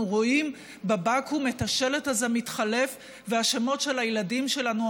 רואים בבקו"ם את השלט הזה מתחלף והשמות של הילדים שלנו,